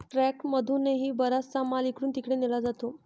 ट्रकमधूनही बराचसा माल इकडून तिकडे नेला जातो